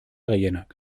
gehienak